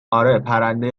اره، پرنده